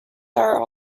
are